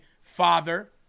Father